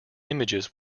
images